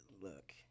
look